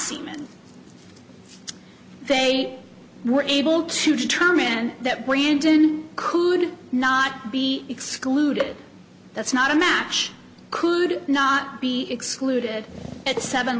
semen they were able to determine that brandon could not be excluded that's not a match could not be excluded at seven